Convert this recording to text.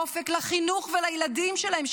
אופק לחינוך לילדים שלהם,